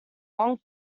long